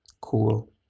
cool